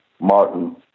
Martin